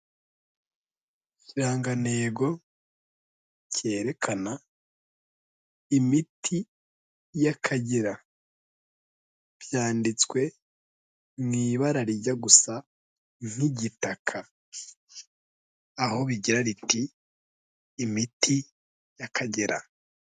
Ikirangantego cyerekana imiti y'Akagera, byanditswe mu ibara rijya gusa nk'igitaka, aho rigira riti imiti y'Akagera.